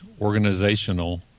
organizational